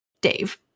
Dave